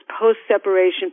post-separation